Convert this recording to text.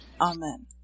Amen